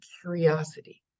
curiosity